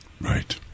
Right